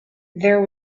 there